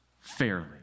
fairly